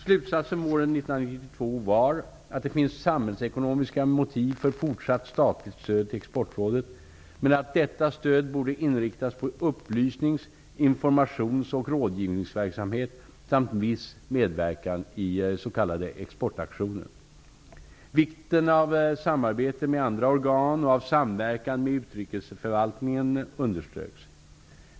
Slutsatsen våren 1992 var att det finns samhällsekonomiska motiv för fortsatt statligt stöd till Exportrådet men att detta stöd borde inriktas på upplysnings-, informations och rådgivningsverksamhet samt viss medverkan i s.k. exportaktioner. Vikten av samarbete med andra organ och av samverkan med utrikesförvaltningen underströks.